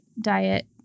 diet